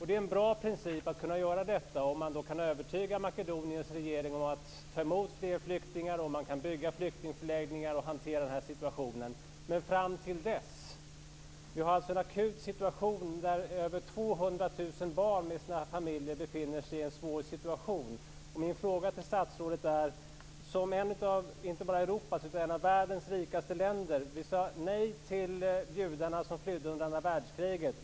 Det är en bra princip att kunna göra det om man kan övertyga Makedoniens regering om att ta emot fler flyktingar och om man kan bygga flyktingförläggningar och hantera situationen - men fram till dess? Det är alltså ett akut läge. Mer än 200 000 barn och deras familjer befinner sig i en svår situation. Sverige är inte bara ett av Europas utan också ett av världens rikaste länder. Vi sade nej till judar som flydde under andra världskriget.